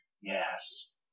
Yes